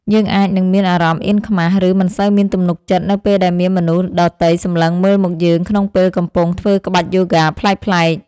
យើងអាចនឹងមានអារម្មណ៍អៀនខ្មាស ឬមិនសូវមានទំនុកចិត្តនៅពេលដែលមានមនុស្សដទៃសម្លឹងមើលមកយើងក្នុងពេលកំពុងធ្វើក្បាច់យូហ្គាប្លែកៗ។